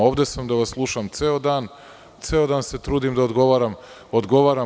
Ovde sam da vas slušam ceo dan, ceo dan se trudim da odgovaram.